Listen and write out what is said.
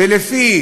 לפי